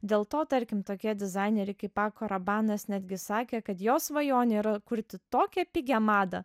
dėl to tarkim tokie dizaineriai kaip pako rabanas netgi sakė kad jo svajonė yra kurti tokią pigią madą